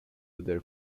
other